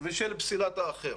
ושל פסילת אחר